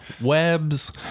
webs